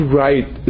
right